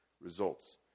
results